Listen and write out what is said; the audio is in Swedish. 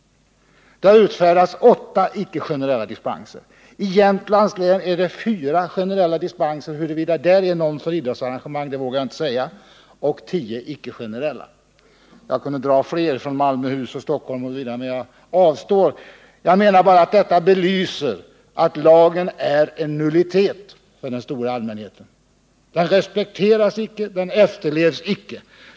Det har utfärdats åtta icke generella dispenser. I Jämtlands län har man utfärdat fyra generella dispenser. Huruvida någon av dem gäller för idrottsarrangemang vågar jag inte säga. Tio icke generella dispenser har utfärdats där. Jag kunde räkna upp fler län, t.ex. Malmöhus och Stockholms län, men jag avstår. Jag menar bara att detta belyser att lagen är en nullitet för den stora allmänheten. Den respekteras icke, den efterlevs icke.